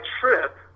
trip